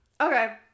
Okay